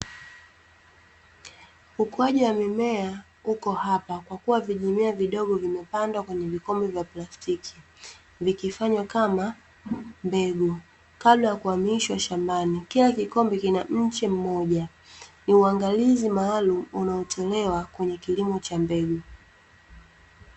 Ukuaji wa mimea uko hapa, kwa kuwa vijimea vidogo vimepandwa kwenye vikombe vya plastiki. Vikifanywa kama mbegu, kabla ya kuhamishwa shambani. Kila kikombe kina mche mmoja, ni uangalizi maalumu unaotolewa kwenye kilimo cha mbegu.